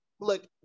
look